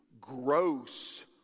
gross